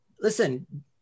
listen